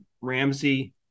Ramsey